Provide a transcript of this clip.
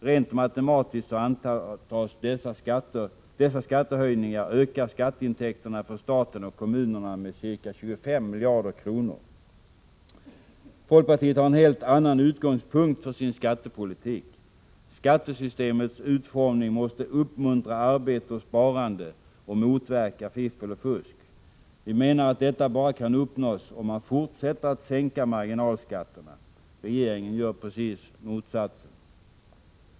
Rent matematiskt antas dessa skattehöjningar öka skatteintäkterna för staten och kommunerna med ca 25 miljarder kronor. Folkpartiet har en helt annan utgångspunkt för sin skattepolitik. Skattesystemets utformning måste uppmuntra arbete och sparande och motverka fiffel och fusk. Vi menar att detta bara kan uppnås om man fortsätter att sänka marginalskatterna. Regeringen gör precis motsatsen.